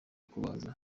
kubaza